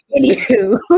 anywho